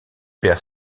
perd